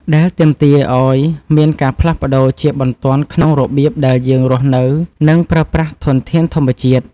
ដែលទាមទារឱ្យមានការផ្លាស់ប្តូរជាបន្ទាន់ក្នុងរបៀបដែលយើងរស់នៅ និងប្រើប្រាស់ធានធានធម្មជាតិ។